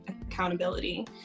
accountability